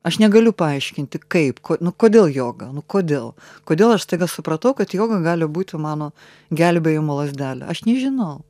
aš negaliu paaiškinti kaip nu kodėl joga nu kodėl kodėl aš staiga supratau kad joga gali būti mano gelbėjimo lazdelė aš nežinau